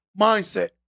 mindset